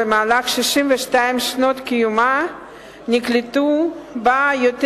במהלך 62 שנות קיומה נקלטו בה יותר